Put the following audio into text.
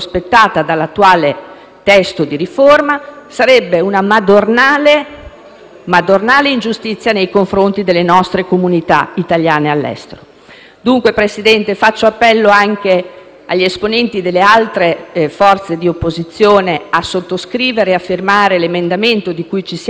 madornale ingiustizia nei confronti delle nostre comunità italiane all'estero. Faccio quindi appello anche agli esponenti delle altre forze di opposizione affinché sottoscrivano l'emendamento di cui ci siamo resi artefici, come Partito Democratico, proprio per recepire queste istanze